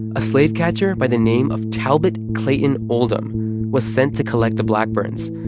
a slave catcher by the name of talbot clayton oldham was sent to collect the blackburns,